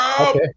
Okay